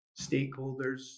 stakeholders